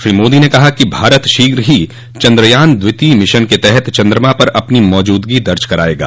श्री मोदी ने कहा कि भारत शीघ्र ही चन्द्रयान द्वितीय मिशन के तहत चन्द्रमा पर अपनी मौजूदगी दर्ज करायेगा